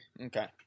Okay